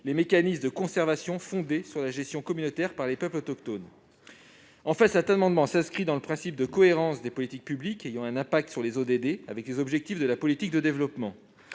les mécanismes de conservation fondés sur la gestion communautaire par les peuples autochtones. Cet amendement vise à assurer la cohérence entre les politiques publiques ayant un impact sur les ODD, les objectifs de la politique de développement